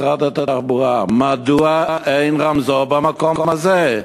את משרד התחבורה מדוע אין רמזור במקום הזה,